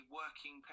working